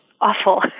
awful